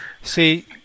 See